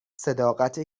صداقت